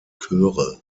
chöre